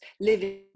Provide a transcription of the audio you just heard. living